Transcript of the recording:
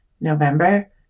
November